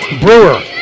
Brewer